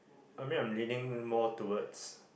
I mean I'm leaning more towards